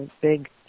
big